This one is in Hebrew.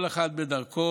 כל אחד בדרכו